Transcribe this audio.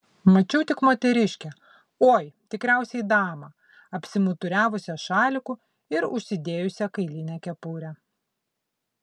mačiau tik moteriškę oi tikriausiai damą apsimuturiavusią šaliku ir užsidėjusią kailinę kepurę